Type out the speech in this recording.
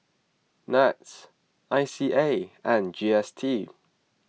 NETS I C A and G S T